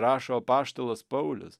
rašo apaštalas paulius